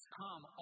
come